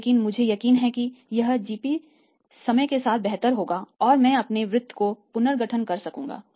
लेकिन मुझे यकीन है कि यह जीपी समय के साथ बेहतर होगा और मैं अपने वित्त का पुनर्गठन कर सकूंगा